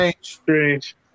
Strange